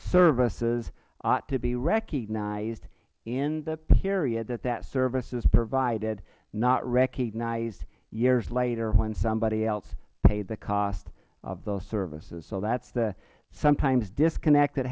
services ought to be recognized in the period that that service is provided not recognized years later when somebody else paid the cost of those services so that is the sometimes disconnect